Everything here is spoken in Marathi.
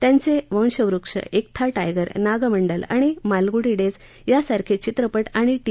त्यांचविशवृक्ष एक था टायगर नागमंडल आणि मालगुडी डव्तीयासारख प्रित्रपट आणि टि